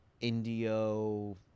Indio